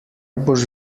boš